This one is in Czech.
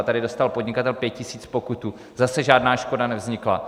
Tady dostal podnikatel pět tisíc pokutu, zase žádná škoda nevznikla.